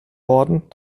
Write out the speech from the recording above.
worden